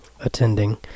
attending